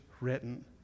written